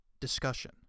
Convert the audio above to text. discussion